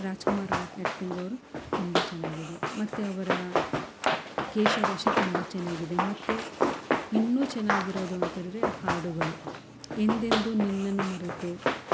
Rajkumar acting ಅವರು ತುಂಬ ಚೆನ್ನಾಗಿದೆ ಮತ್ತು ಅವರ ಕೇಶರಾಶಿ ತುಂಬ ಚೆನ್ನಾಗಿದೆ ಮತ್ತು ಇನ್ನು ಚೆನ್ನಾಗಿರೋದು ಅಂತೇಳಿರೇ ಹಾಡುಗಳು ಎಂದೆಂದು ನಿನ್ನನ್ನು ಮರೆತು